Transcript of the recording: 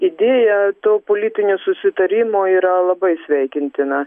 idėja daug politinių susitarimų yra labai sveikintina